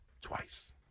Twice